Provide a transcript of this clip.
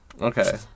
Okay